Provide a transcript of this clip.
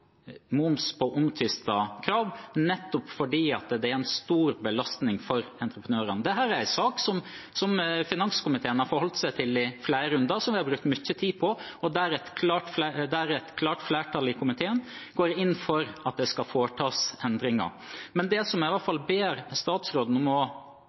moms på omtvistede krav, nettopp fordi det er en stor belastning for entreprenørene. Dette er en sak som finanskomiteen har forholdt seg til i flere runder, som vi har brukt mye tid på, og der et klart flertall i komiteen går inn for at det skal foretas endringer. Det jeg i hvert fall ber statsråden om nå å